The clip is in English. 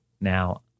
Now